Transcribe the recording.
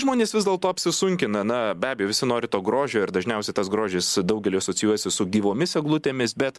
žmonės vis dėlto apsisunkina na be abejo visi nori to grožio ir dažniausiai tas grožis daugeliui asocijuojasi su gyvomis eglutėmis bet